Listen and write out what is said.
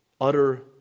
utter